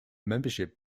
membership